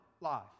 life